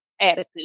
attitude